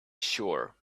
sure